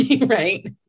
Right